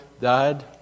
died